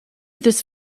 this